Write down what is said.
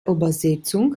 übersetzung